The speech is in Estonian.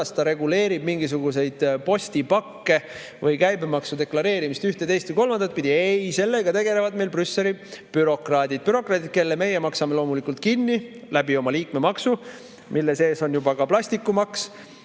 ta reguleerib mingisuguseid postipakke puudutava käibemaksu deklareerimist ühte, teist või kolmandat pidi. Ei, sellega tegelevad meil Brüsseli bürokraadid – bürokraadid, kelle meie maksame loomulikult kinni oma liikmemaksu kaudu, mille sees on juba ka plastikumaks.